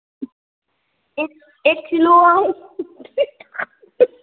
एक एक किल'आव